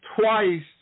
Twice